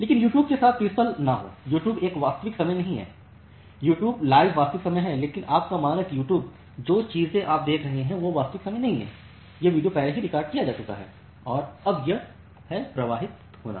लेकिन यूट्यूब के साथ प्रिन्सिपिल न हों यूट्यूब एक वास्तविक समय नहीं है YouTube लाइव वास्तविक समय है लेकिन आपका मानक यूट्यूब जो चीज़ आप अभी देख रहे हैं वह वास्तविक समय नहीं है यह वीडियो पहले ही रिकॉर्ड किया जा चुका है और अब यह है प्रवाहित होना